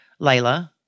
Layla